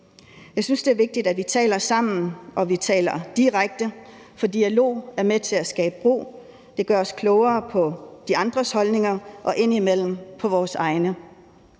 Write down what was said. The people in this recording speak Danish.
Jeg synes, det er vigtigt, at vi taler sammen, og at vi taler direkte, for dialog er med til at brygge bro. Det gør os klogere på de andres holdninger og indimellem på vores egne.